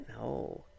No